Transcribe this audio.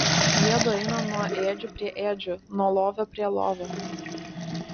jiedu eina nuo ėdžių prie ėdžių nuo lovio prie lovio